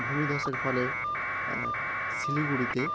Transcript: ভূমি ধসের ফলে শিলিগুড়িতে